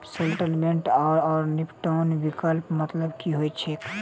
Settlement आओर निपटान विकल्पक मतलब की होइत छैक?